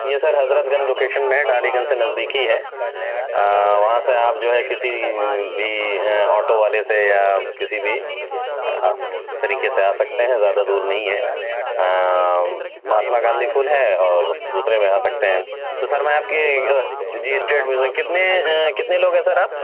یہ sir Hazratganj location میں ہے ڈالی گنج سے نزدیک ہی ہے وہاں سے آپ جو ہے کسی بھی آٹو والے سے یا کسی بھی طریقے سے آ سکتے ہیں زیادہ دور نہیں ہے مہاتما گاندھی فل ہے اور دوسرے میں آ سکتے ہیں ہم تو سر میں آپ کی جی اسٹیٹ کتنے کتنے لوگ ہیں سر آپ